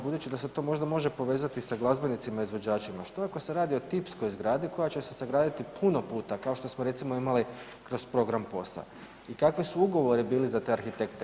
Budući da se to možda može povezati sa glazbenicima izvođačima, što ako se radi o tipskoj zgradi koja će se sagraditi puno puta kao što smo recimo imali kroz program POS-a i kakvi su ugovori bili za te arhitekte.